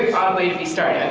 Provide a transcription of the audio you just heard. odd way to be starting.